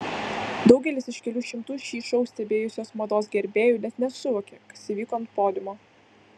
daugelis iš kelių šimtų šį šou stebėjusių mados gerbėjų net nesuvokė kas įvyko ant podiumo